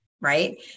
Right